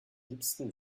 liebsten